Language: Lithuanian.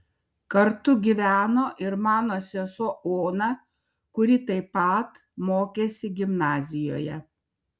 kartu gyveno ir mano sesuo ona kuri taip pat mokėsi gimnazijoje